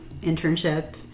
internship